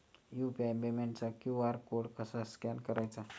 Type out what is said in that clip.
UPI पेमेंटचा QR code कसा scan करायचा?